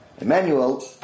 Emmanuel